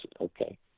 okay